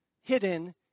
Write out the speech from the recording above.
hidden